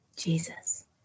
Jesus